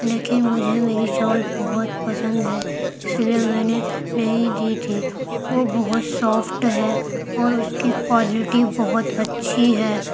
لیکن مجھے میری شال بہت پسند ہے اس لیے میں نے نہیں دی تھی وہ بہت سافٹ ہے اور اس کی کوالیٹی بہت اچھی ہے